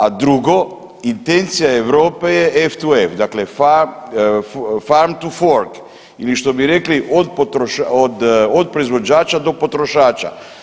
A drugo, intencija Europe je F to F, dakle farm to fork ili što bi rekli od proizvođača do potrošača.